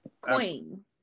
Queen